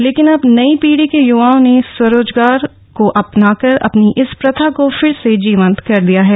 लेकिन अब नई पीढ़ी के य्वाओं ने स्वरोजगार को अपनाकर अपनी इस प्रथा को फिर से जीवंत कर दिया है